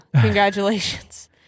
Congratulations